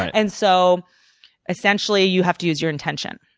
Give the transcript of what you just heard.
and so essentially, you have to use your intention.